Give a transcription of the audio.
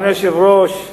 אדוני היושב-ראש,